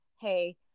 hey